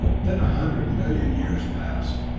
then a hundred million years passed,